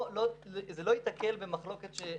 זה לא ייתקל במחלוקת שתגיד,